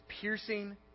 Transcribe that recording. piercing